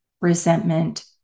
resentment